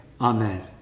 amen